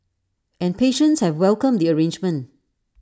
and patients have welcomed the arrangement